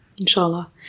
Inshallah